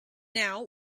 now